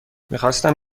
میخواستم